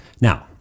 Now